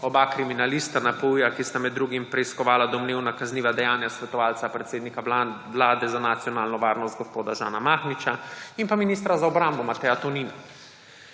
oba kriminalista NPU, ki sta med drugim preiskovala domnevna kazniva dejanja svetovalca predsednika Vlade za nacionalno varnost gospoda Žana Mahniča in pa ministra za obrambo Mateja Tonina.